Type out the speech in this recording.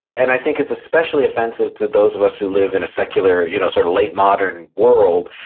and i think it's especially offensive to those of us who live in a secular you know sort of late modern world.